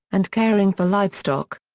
and caring for livestock.